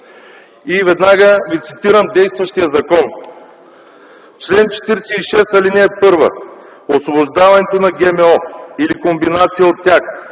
И веднага ви цитирам действащия закон: „Чл. 46. (1) „Освобождаването на ГМО или комбинация от тях